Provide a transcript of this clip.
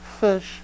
fish